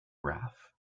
wrath